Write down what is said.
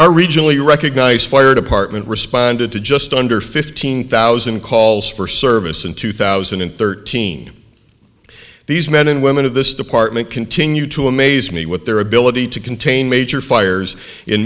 regionally recognize fire department responded to just under fifteen thousand calls for service in two thousand and thirteen these men and women of this department continue to amaze me with their ability to contain major fires